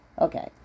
Okay